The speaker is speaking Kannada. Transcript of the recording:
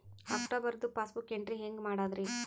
ಅಕ್ಟೋಬರ್ದು ಪಾಸ್ಬುಕ್ ಎಂಟ್ರಿ ಹೆಂಗ್ ಮಾಡದ್ರಿ?